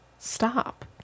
stop